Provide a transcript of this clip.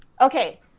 Okay